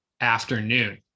afternoon